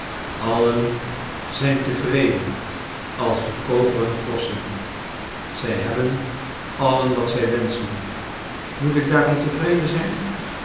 allen zijn tevreden als de koperen groschen zij hebben allen wat zij wenschen moet ik daarom tevreden zijn